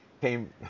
came